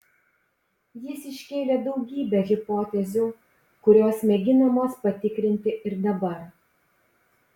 jis iškėlė daugybę hipotezių kurios mėginamos patikrinti ir dabar